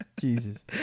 Jesus